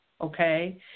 okay